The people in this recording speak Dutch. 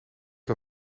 dat